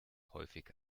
häufig